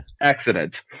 Accident